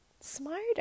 smarter